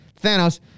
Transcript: Thanos